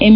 M